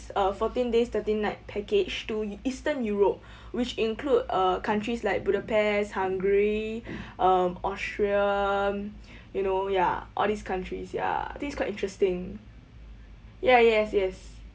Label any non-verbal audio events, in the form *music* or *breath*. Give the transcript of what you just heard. uh fourteen days thirteen night package to eastern europe *breath* which include uh countries like budapest hungary *breath* um austria you know ya all these countries ya this quite interesting ya yes yes